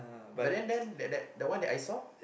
but then then that that one that I saw